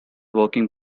working